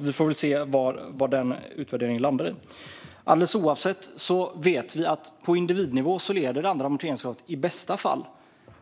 Vi får väl se vad denna utvärdering landar i. Alldeles oavsett vet vi att på individnivå leder det andra amorteringskravet i bästa fall